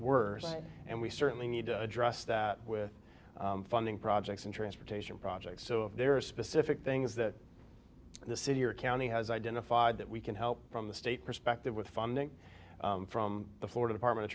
worse and we certainly need to address that with funding projects and transportation projects so if there are specific things that the city or county has identified that we can help from the state perspective with funding from the florida department of